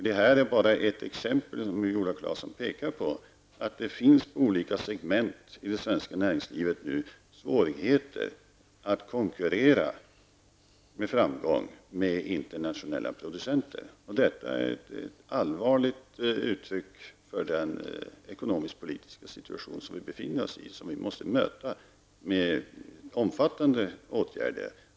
Det som Viola Claesson pekar på är bara ett exempel på att det nu finns i olika segment i det svenska näringslivet svårigheter att med framgång konkurrera med internationella producenter. Detta är ett allvarligt uttryck för den ekonomisk-politiska situation som vi befinner oss i och som vi måste möta med omfattande åtgärder.